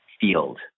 field